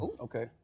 okay